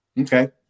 Okay